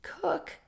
cook